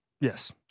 Yes